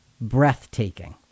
breathtaking